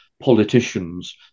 politicians